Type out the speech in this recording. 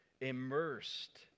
immersed